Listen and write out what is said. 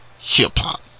hip-hop